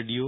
do